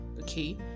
okay